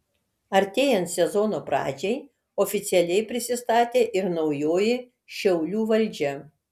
artėjant sezono pradžiai oficialiai prisistatė ir naujoji šiaulių valdžia